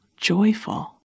joyful